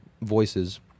voices